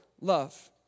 love